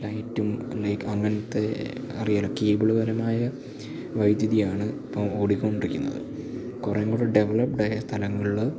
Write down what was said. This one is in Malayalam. ലൈറ്റും ലൈക്ക് അങ്ങനത്തെ അറിയാമല്ലോ കേബിൾപരമായ വൈദ്യുതിയാണ് ഇപ്പോള് ഓടിക്കൊണ്ടിരിക്കുന്നത് കുറെക്കൂടെ ഡെവലപ്ഡായ സ്ഥലങ്ങളില്